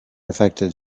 affected